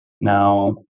Now